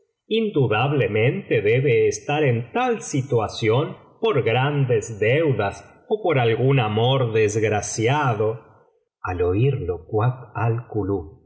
indudablemente debe estar en tal situación por grandes deudas ó por algún amor desgraciado al oírlo kuat